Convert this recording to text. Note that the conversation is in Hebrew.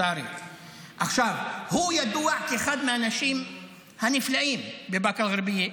הוא ידוע כאחד האנשים הנפלאים בבאקה אל-גרבייה,